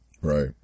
Right